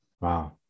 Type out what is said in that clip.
Wow